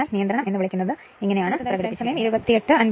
അതിനാൽ റെഗുലേഷൻ എന്ന് വിളിക്കുന്നതിന്റെ പ്രകടനമാണിത്